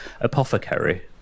apothecary